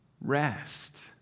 rest